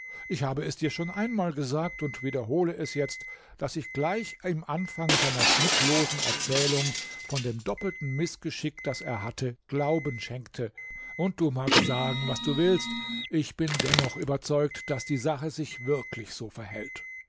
ich habe es dir schon einmal gesagt und wiederhole es jetzt daß ich gleich im anfang seiner schmucklosen erzählung von dem doppelten mißgeschick das er hatte glauben schenkte und du magst sagen was du willst ich bin dennoch überzeugt daß die sache sich wirklich so verhält